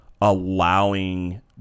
allowing